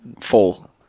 fall